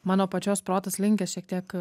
mano pačios protas linkęs šiek tiek